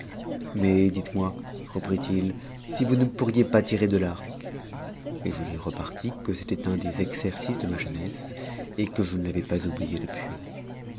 mais dites-moi reprit-il si vous ne pourriez pas tirer de arc a je lui repartis que c'était m des exercices de ma jeunesse et que je ne l'avais pas oublié depuis